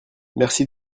merci